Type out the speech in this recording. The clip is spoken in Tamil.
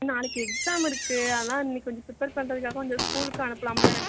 நாளைக்கு எக்ஸாம் இருக்கு அதான் இன்னைக்கு கொஞ்சம் ப்ரிப்பர் பண்ணுறதுக்காக கொஞ்சம் ஸ்கூலுக்கு அனுப்பலாம்ல